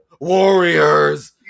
warriors